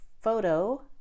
photo